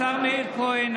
השר מאיר כהן,